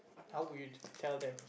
how will you tell them